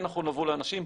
כן נכון לבוא לאנשים,